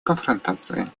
конфронтации